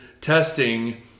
testing